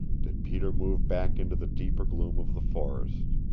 did peter move back into the deeper gloom of the forest.